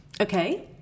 Okay